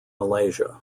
malaysia